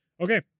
Okay